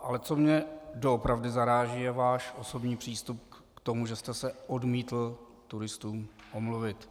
Ale co mě doopravdy zaráží, je váš osobní přístup k tomu, že jste se odmítl turistům omluvit.